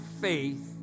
faith